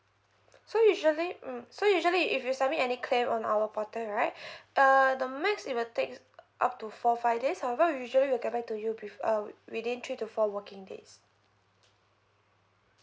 so usually mm so usually if you submit any claim on our portal right uh the max it will take up to four five days however we usually will get back to you prefer uh wit~ within three to four working days